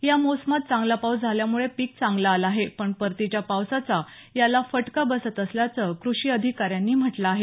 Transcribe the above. या मोसमात चांगला पाऊस झाल्यामुळे पीक चांगलं आलं आहे पण परतीच्या पावसाचा याला फटका बसत असल्याचं कृषी अधिकाऱ्यांनी म्हटलं आहे